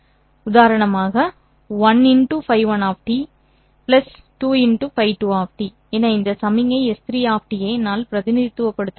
உதாரணமாக 1Ф 1 2 Ф 2 என இந்த சமிக்ஞை S3 ஐ என்னால் பிரதிநிதித்துவப்படுத்த முடியும்